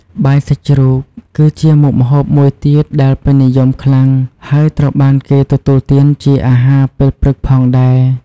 បាយសាច់ជ្រូក គឺជាមុខម្ហូបមួយទៀតដែលពេញនិយមខ្លាំង ហើយត្រូវបានគេទទួលទានជាអាហារពេលព្រឹកផងដែរ។